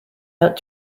out